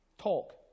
Talk